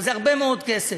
אבל זה הרבה מאוד כסף.